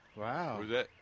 Wow